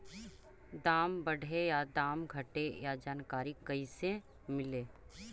दाम बढ़े या दाम घटे ए जानकारी कैसे ले?